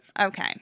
okay